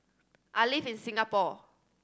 I live in Singapore